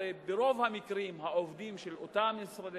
הרי ברוב המקרים העובדים של אותם משרדי